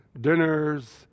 dinners